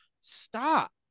Stop